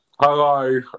Hello